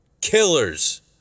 Killers